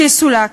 שיסולק.